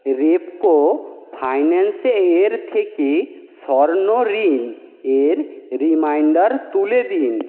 Repco finance এর থেকে স্বর্ণ ঋণ এর রিমাইণ্ডার তুলে দিন